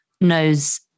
knows